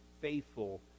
faithful